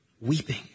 weeping